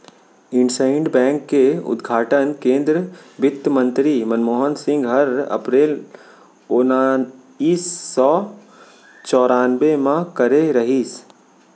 IndusInd bank के उद्घाटन केन्द्रीय बित्तमंतरी मनमोहन सिंह हर अपरेल ओनाइस सौ चैरानबे म करे रहिस